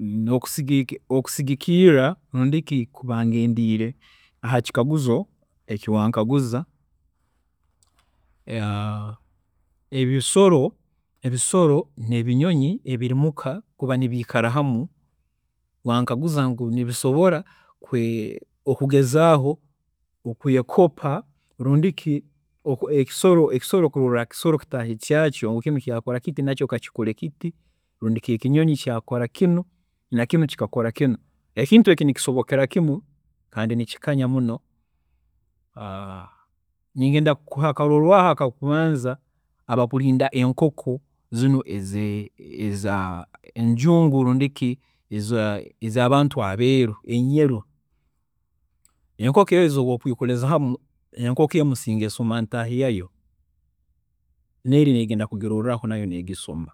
﻿Okusigi Okusigikiirra rundikikakuba ngendiire hakikaguzo eki wankaguza, ebisoro ebisoro nebinyonyi ebiri muka kaskuba biikara hamu wankaguza ngu nibisobola ku- kugezaaho okwekopa rundi ki ekisoro kulora ekisoro kitaahi kyakyo ngu kinu kyakora kiti nakyo kakikore kinu, rundi ki ngu kinu ekinyonyi kyakora kinu, nakinu kikakora kinu, ekintu eki nikisobokera kimu kandi nikikanya muno. Ningenda akakurorwaaho akokubanza akabakurunda enkoko zinu eze njungu rundi ki ez'abantu abeeru enyeru. Enkoko ezi obu okwiikuriza hamu, enkoko emu singa ozikuriza hamu, enkoko emu singa esoma ntaahi yayo neeri negenda kugiloorraho nayo negisoma.